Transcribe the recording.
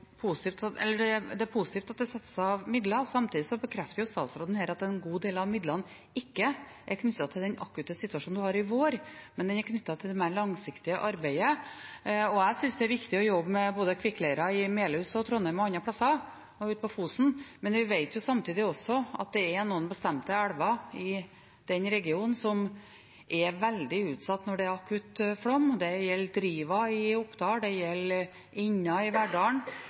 statsråden her at en god del av midlene ikke er knyttet til den akutte situasjonen en har i vår, men at den er knyttet til det mer langsiktige arbeidet. Jeg synes det er viktig å jobbe med kvikkleira både i Melhus, Trondheim og ute på Fosen, men samtidig vet vi at det er noen bestemte elver i den regionen som er veldig utsatt når det er akutt flom. Det gjelde Driva i Oppdal, det gjelder Inna i